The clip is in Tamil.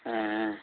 ஆஆ